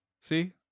See